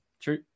True